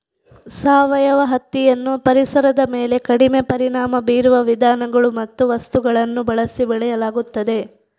ಸಾವಯವ ಹತ್ತಿಯನ್ನು ಪರಿಸರದ ಮೇಲೆ ಕಡಿಮೆ ಪರಿಣಾಮ ಬೀರುವ ವಿಧಾನಗಳು ಮತ್ತು ವಸ್ತುಗಳನ್ನು ಬಳಸಿ ಬೆಳೆಯಲಾಗುತ್ತದೆ